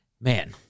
man